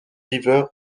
river